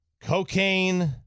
Cocaine